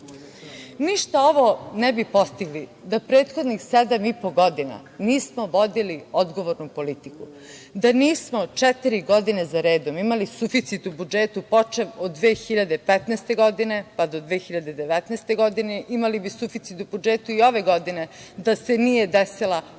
ovo ne bi postigli da prethodnih sedam i po godina nismo vodili odgovornu politiku, da nismo četiri godine za redom imali suficit u budžetu počev od 2015. pa do 2019. godine imali bi suficit u budžetu i ove godine da se nije desila ova